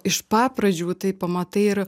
iš pa pradžių tai pamatai ir